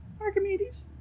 Archimedes